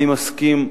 אני מסכים,